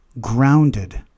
grounded